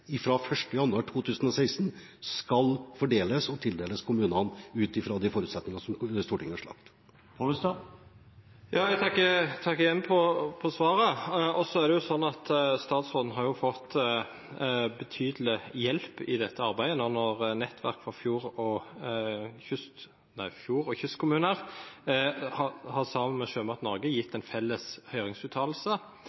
fra 1. januar 2016 skal fordeles og tildeles kommunene ut fra de forutsetningene som Stortinget har satt. Jeg takker igjen for svaret. Statsråden har fått betydelig hjelp i dette arbeidet nå når Nettverk fjord- og kystkommuner sammen med Sjømat Norge har gitt en felles høringsuttalelse. Senterpartiet står selvsagt fast på det vi ble enige om i Stortinget. Det innebærer en 80/20-fordeling. I den høringsuttalelsen har Sjømat Norge